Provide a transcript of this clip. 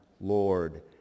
Lord